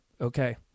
Okay